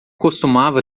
costumava